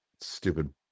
stupid